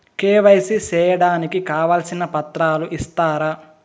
KYC సేయడానికి కావాల్సిన పత్రాలు ఇస్తారా?